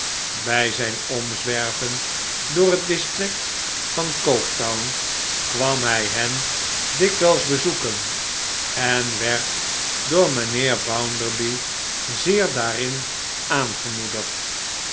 bij zijn omzwerven door het district van coketown kwam hij hen dikwijls bezoeken en werd door mijnheer bounderby zeer daarin aangemoedigd